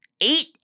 eight